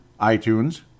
iTunes